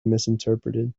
misinterpreted